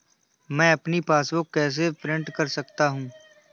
मैं अपनी पासबुक कैसे प्रिंट कर सकता हूँ?